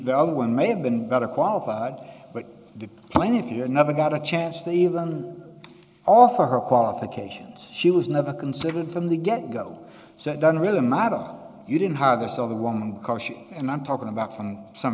the other one may have been better qualified but the man if you're never got a chance to even offer her qualifications she was never considered from the get go so it doesn't really matter you didn't have this other woman because she and i'm talking about from some